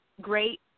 great